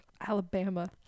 Alabama